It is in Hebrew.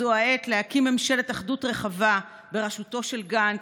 זו העת להקים ממשלת אחדות רחבה בראשותו של גנץ,